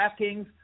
DraftKings